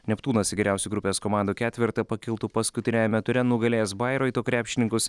neptūnas į geriausių grupės komandų ketverte pakiltų paskutiniajame ture nugalėjęs bairoito krepšininkus